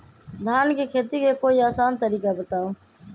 धान के खेती के कोई आसान तरिका बताउ?